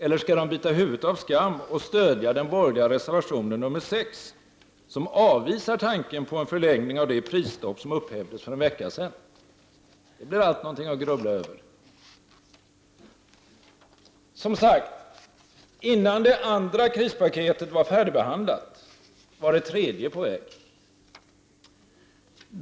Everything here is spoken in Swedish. Eller skall de bita huvudet av skam och stödja den borgerliga reservationen nr 6, som avvisar tanken på en förlängning av det prisstopp som upphävdes för en vecka sedan? Det blir allt något att grubbla över! Som sagt, innan det andra krispaketet var färdigbehandlat, var det tredje på väg.